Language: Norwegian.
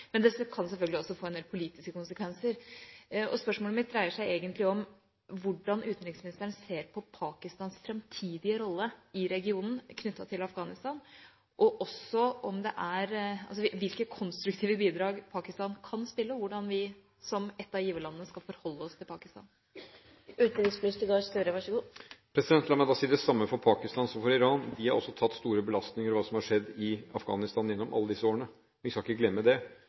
Men det kan selvfølgelig også få en del politiske konsekvenser. Spørsmålet mitt dreier seg egentlig om hvordan utenriksministeren ser på Pakistans framtidige rolle i regionen, knyttet til Afghanistan – hvilke konstruktive bidrag Pakistan kan gi, og hvordan vi, som et av giverlandene, skal forholde oss til Pakistan. La meg si det samme om Pakistan som om Iran: Også de har tatt store belastninger med hva som har skjedd i Afghanistan gjennom alle disse årene – vi skal ikke glemme det.